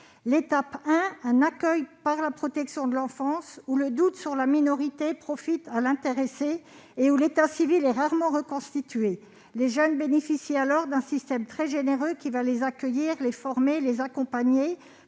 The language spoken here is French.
accueil du jeune par la protection de l'enfance. Le doute sur la minorité profite à l'intéressé et l'état civil est rarement reconstitué. Les jeunes bénéficient alors d'un système très généreux qui va les accueillir, les former et les accompagner